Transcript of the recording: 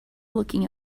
looking